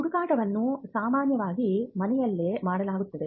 ಹುಡುಕಾಟವನ್ನು ಸಾಮಾನ್ಯವಾಗಿ ಮನೆಯಲ್ಲೇ ಮಾಡಲಾಗುತ್ತದೆ